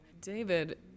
David